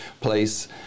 place